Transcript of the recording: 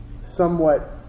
somewhat